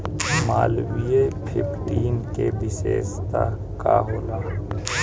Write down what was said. Malviya fifteen के विशेषता का होला?